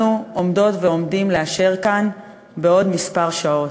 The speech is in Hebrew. עומדות ועומדים לאשר כאן בעוד כמה שעות?